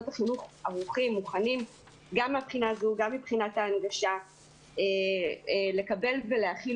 החינוך ערוך ומוכן גם מהבחינה הזו וגם מבחינת ההנגשה לקבל ולהכיל